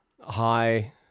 hi